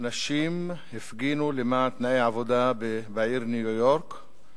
נשים הפגינו למען תנאי עבודה בעיר ניו-יורק,